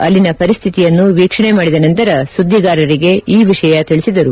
ಅಲ್ಲಿನ ಪರಿಸ್ತಿತಿಯನ್ನು ವೀಕ್ಷಣೆ ಮಾಡಿದ ನಂತರ ಸುದ್ದಿಗಾರರಿಗೆ ಈ ವಿಷಯ ತಿಳಿಸಿದರು